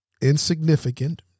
insignificant